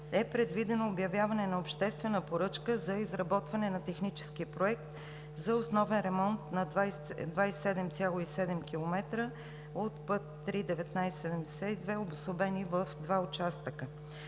е предвидено обявяване на обществена поръчка за изработване на технически проект за основен ремонт на 27,7 км от път III-1972, обособени в два участъка.